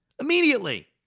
Immediately